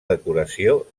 decoració